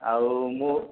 ଆଉ ମୁଁ